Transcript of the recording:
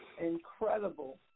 incredible